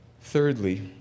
Thirdly